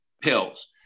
pills